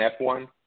F1